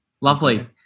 lovely